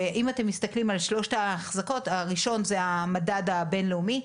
אם אתם מסתכלים על שלושת האחזקות ראשון הוא המדד הבין לאומי,